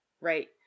right